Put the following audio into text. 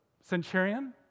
centurion